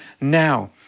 now